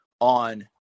on